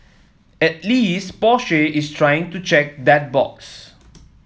at least Porsche is trying to check that box